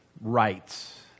rights